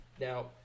Now